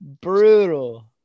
Brutal